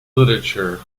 literature